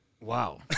Wow